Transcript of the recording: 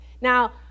Now